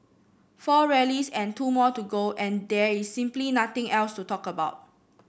four rallies and two more to go and there is simply nothing else to talk about